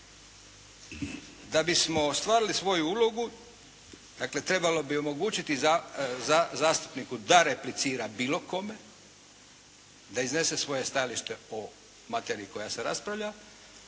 Da bismo ostvarili svoju ulogu, dakle trebalo bi omogućiti zastupniku da replicira bilo kome, da iznese svoje stajalište o materiji koja se raspravlja,